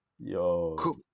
yo